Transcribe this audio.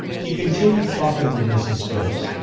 he continued talking with mrs. phillips,